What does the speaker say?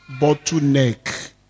bottleneck